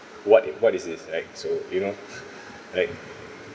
what what is this act so you know like